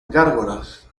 gárgolas